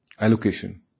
allocation